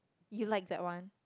you like that one